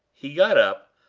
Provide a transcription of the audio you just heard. he got up,